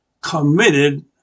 committed